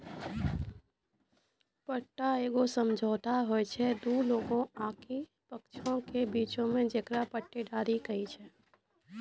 पट्टा एगो समझौता होय छै दु लोगो आकि पक्षों के बीचो मे जेकरा पट्टेदारी कही छै